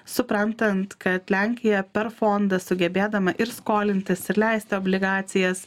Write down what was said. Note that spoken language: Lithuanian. suprantant kad lenkija per fondą sugebėdama ir skolintis ir leisti obligacijas